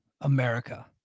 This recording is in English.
America